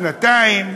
שנתיים,